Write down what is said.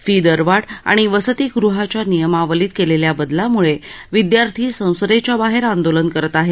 fee दरवाढ आणि वसतिगृहाच्या नियमावलीत केलेल्या बदलाम्ळे विद्यार्थी संसदेच्याबाहेर आंदोलन करत आहेत